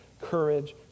courage